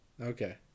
Okay